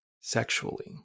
sexually